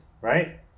right